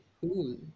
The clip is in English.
Cool